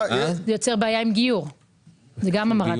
לא.